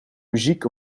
muziek